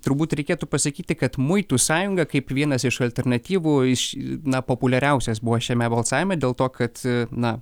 turbūt reikėtų pasakyti kad muitų sąjungą kaip vienas iš alternatyvų iš na populiariausias buvo šiame balsavime dėl to kad na